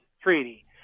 treaty